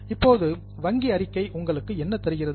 இப்போது வங்கி அறிக்கை உங்களுக்கு என்ன தருகிறது